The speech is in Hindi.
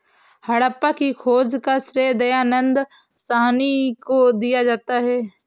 हड़प्पा की खोज का श्रेय दयानन्द साहनी को दिया जाता है